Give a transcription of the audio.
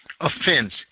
offense